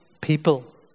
people